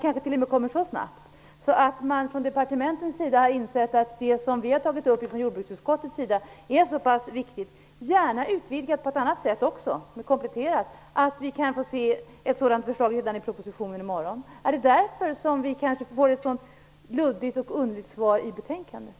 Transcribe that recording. Kommer alltså ett förslag så snabbt därför att man från departementshåll insett att det som vi i jordbruksutskottet tagit upp är så viktigt - och det här får gärna vara kompletterat - att vi kan få se ett förslag redan i propositionen i morgon? Är det kanske därför som vi får ett så luddigt och underligt svar i betänkandet?